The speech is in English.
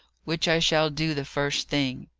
which i shall do the first thing.